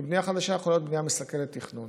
כי בנייה חדשה יכולה להיות בנייה מסכלת תכנון,